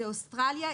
זה אוסטרליה,